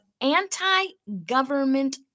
anti-government